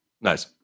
Nice